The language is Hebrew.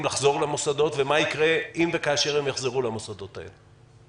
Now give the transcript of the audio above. לחזור למוסדות ומה יקרה אם וכאשר הם יחזרו למוסדות האלה.